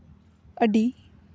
ᱟᱹᱰᱤ